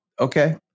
Okay